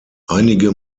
einige